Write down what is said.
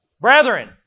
Brethren